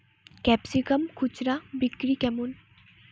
Capsicum খুচরা বিক্রি কেমন?